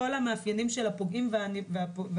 בכל המאפיינים של הפוגעים/פוגעות,